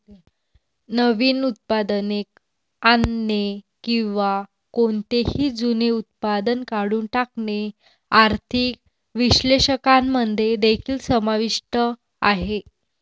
नवीन उत्पादने आणणे किंवा कोणतेही जुने उत्पादन काढून टाकणे आर्थिक विश्लेषकांमध्ये देखील समाविष्ट आहे